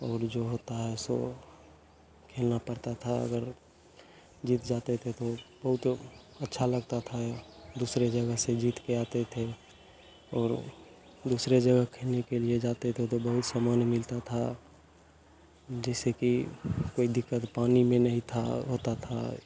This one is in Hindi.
और जो होता है सो खेलना पड़ता था अगर जीत जाते थे तो बहुत अच्छा लगता था दूसरे जगह से जीत कर आते थे और दूसरे जगह खेलने के लिए जाते थे तो बहुत सामान मिलता था जैसे कि कोई दिक्कत पानी में नहीं था होता था